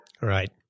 Right